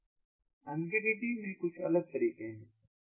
MQTT में कुछ अलग तरीके हैं